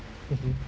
mmhmm